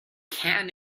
can